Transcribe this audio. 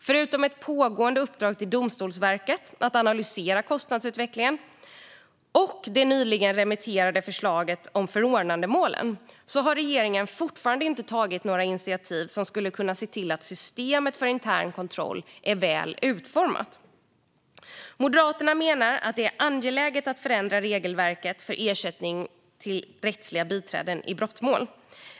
Förutom ett pågående uppdrag till Domstolsverket att analysera kostnadsutvecklingen och det nyligen remitterade förslaget om förordnandemålen har regeringen fortfarande inte tagit några initiativ för att se till att systemet för intern kontroll är väl utformat. Moderaterna menar att det är angeläget att förändra regelverket för ersättning till rättsliga biträden i brottmål.